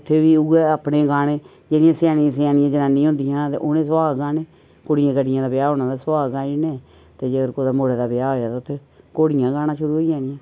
ते उत्थै बी उ'ऐ अपने गाने जेह्ड़ियां स्यानियां स्यानियां जनानियां होंदियां हियां ते उ'नें सुहाग गाने कुड़ियें काड़ियें दा ब्याह् होना ते सुहाग गाई ओड़ने ते जे अगर मुड़े ब्याह् होआ ते उत्थै घोड़ियां गाना शुरू होई जानियां